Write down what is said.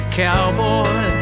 cowboy